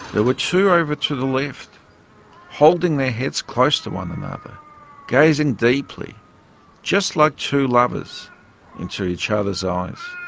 there were two over to the left holding their heads close to one another gazing deeply just like two lovers into each other's eyes.